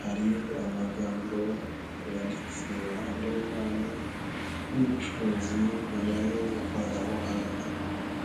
hari amagambo yanditse iruhande rwabo y'ubucuruzi bujyanye n'ikoranabuhanga.